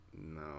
no